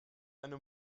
eine